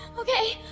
okay